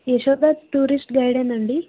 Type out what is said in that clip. Yashoda's tourist గైడేనా అండి